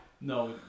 No